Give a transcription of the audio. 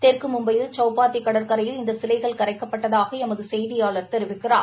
தெற்கு மும்பையில் சௌப்பாத்தி கடற்கரையில் இந்த சிலைகள் கரைக்கப்பட்டதாக எமது செய்தியாளா் தெரிவிக்கிறார்